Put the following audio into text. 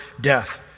death